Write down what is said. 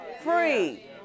free